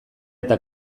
eta